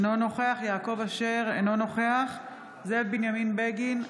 אינו נוכח יעקב אשר, אינו נוכח זאב בנימין בגין,